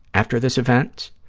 after this event,